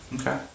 Okay